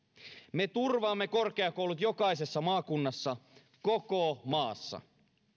me turvaamme korkeakoulut jokaisessa maakunnassa koko maassa